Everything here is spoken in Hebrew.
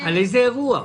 על איזה אירוע מדובר?